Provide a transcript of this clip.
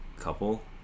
couple